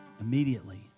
immediately